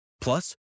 Plus